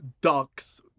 ducks